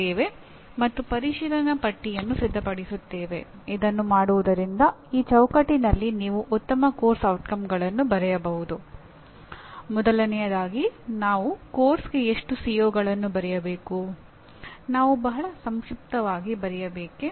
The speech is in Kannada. ಎಂಜಿನಿಯರಿಂಗ್ ವಿಜ್ಞಾನ ಮತ್ತು ತಂತ್ರಜ್ಞಾನಗಳ ಬಗ್ಗೆ ಉತ್ತಮ ಜ್ಞಾನವನ್ನು ಹೊಂದಿರುವುದರ ಜೊತೆಗೆ ಉತ್ತಮ ಎಂಜಿನಿಯರ್ನ ಹಲವು ಪ್ರಮುಖ ಗುಣಲಕ್ಷಣಗಳಿವೆ ಎಂದು ನಾವು ಅರಿತುಕೊಂಡಿದ್ದೇವೆ